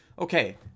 Okay